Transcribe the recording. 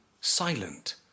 silent